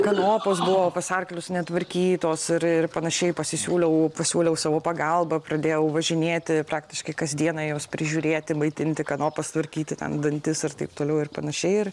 kanopos buvo pas arklius netvarkytos ir ir panašiai pasisiūliau pasiūliau savo pagalbą pradėjau važinėti praktiškai kasdieną jiems prižiūrėti maitinti kanopas tvarkyti ten dantis ir taip toliau ir panašiai ir